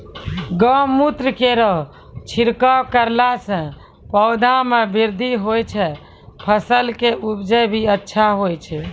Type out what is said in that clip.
गौमूत्र केरो छिड़काव करला से पौधा मे बृद्धि होय छै फसल के उपजे भी अच्छा होय छै?